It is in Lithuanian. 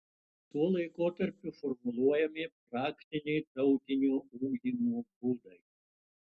tuo laikotarpiu formuluojami praktiniai tautinio ugdymo būdai